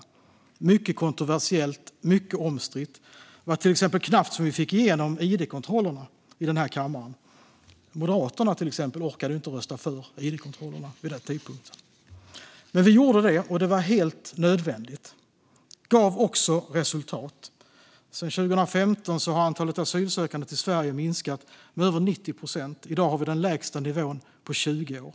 Detta var mycket kontroversiellt och mycket omstritt. Det var till exempel knappt att vi fick igenom förslaget om id-kontrollerna i den här kammaren. Moderaterna till exempel orkade inte rösta för id-kontrollerna vid den tidpunkten. Men vi gjorde det, och det var helt nödvändigt och gav också resultat. Sedan 2015 har antalet asylsökande till Sverige minskat med över 90 procent, och i dag har vi den lägsta nivån på 20 år.